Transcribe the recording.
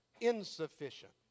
insufficient